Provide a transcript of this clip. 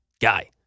guy